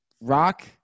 Rock